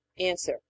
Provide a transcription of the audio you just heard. Answer